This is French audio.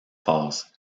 phases